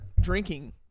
drinking